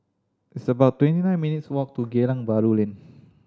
it's about twenty nine minutes' walk to Geylang Bahru Lane